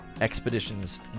Expedition's